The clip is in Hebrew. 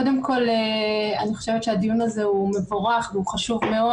קודם כל אני חושבת שהדיון הזה הוא מבורך והוא חשוב מאוד.